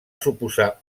suposar